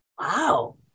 Wow